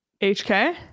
HK